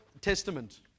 Testament